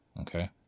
Okay